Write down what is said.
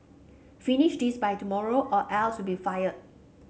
finish this by tomorrow or else you'll be fired